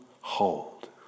hold